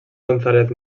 gonzález